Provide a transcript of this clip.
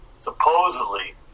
Supposedly